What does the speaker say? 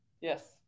Yes